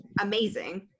amazing